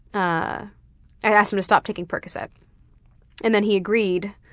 ah i'd asked him to stop taking percoset and then he agreed,